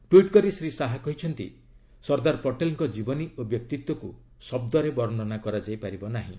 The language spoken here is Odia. ଟ୍ୱିଟ୍ କରି ଶ୍ରୀ ଶାହା କହିଛନ୍ତି ସର୍ଦ୍ଦାର ପଟେଲଙ୍କ ଜୀବନୀ ଓ ବ୍ୟକ୍ତିତ୍ୱକୁ ଶବ୍ଦରେ ବର୍ଷନା କରାଯାଇପାରିବ ନାହିଁ